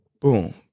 Boom